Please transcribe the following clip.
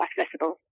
accessible